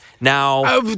Now